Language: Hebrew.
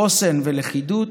חוסן ולכידות,